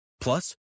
Plus